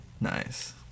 Nice